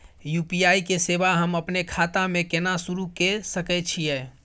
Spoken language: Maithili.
यु.पी.आई के सेवा हम अपने खाता म केना सुरू के सके छियै?